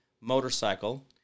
motorcycle